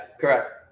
correct